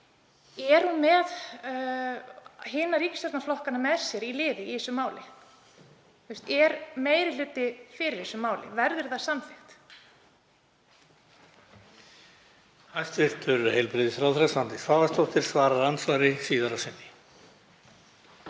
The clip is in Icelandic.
Er hún með hina ríkisstjórnarflokkana með sér í liði í þessu máli? Er meiri hluti fyrir þessu máli? Verður það samþykkt?